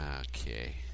Okay